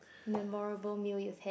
memorable meal you've had